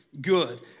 good